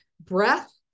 breath